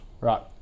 Right